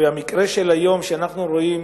ובמקרה של היום, שאנחנו רואים